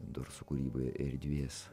dursų kūryboje erdvės